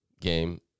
game